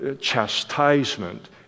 chastisement